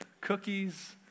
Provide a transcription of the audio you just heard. Cookies